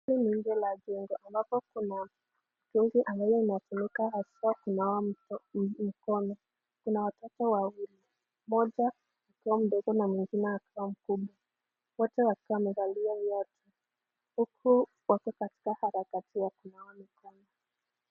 Hapa ni nje ya jengo, ambapo kuna mtungi ambayo inatumika hasa kunawa mikono, kuna watoto wawili, mmoja akiwa mdogo na mwingine akiwa mkubwa. Wote wakiwa wamevalia viatu, huku wako katika harakati ya kunawa mikono.